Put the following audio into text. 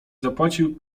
zapłacił